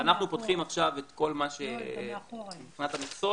אז אנחנו פותחים עכשיו מבחינת המכסות,